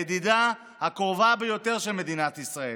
זו הידידה הקרובה ביותר של מדינת ישראל,